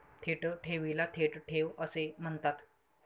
थेट ठेवीला थेट ठेव असे म्हणतात